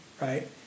right